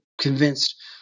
convinced